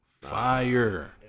fire